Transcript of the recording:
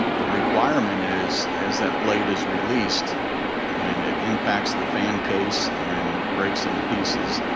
the requirement is as that blade is released and it impacts the fan case and breaks into pieces,